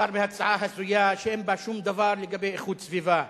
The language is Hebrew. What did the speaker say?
מדובר בהצעה הזויה שאין בה שום דבר לגבי איכות סביבה.